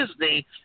Disney